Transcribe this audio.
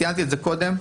ציינתי את זה קודם.